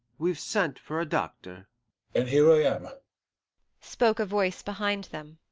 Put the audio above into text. we've sent for a doctor and here i am spoke a voice behind them.